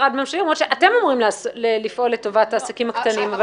אתם אמורים לפעול לטובת העסקים הקטנים.